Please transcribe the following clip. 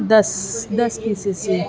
دس دس پیسیز چاہئے